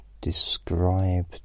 describe